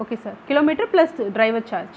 okay sir kilo meter plus driver charge